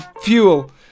fuel